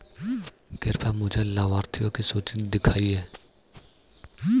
कृपया मुझे लाभार्थियों की सूची दिखाइए